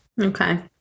Okay